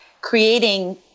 creating